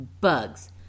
Bugs